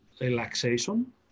relaxation